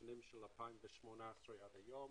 בשנים של 2018 עד היום,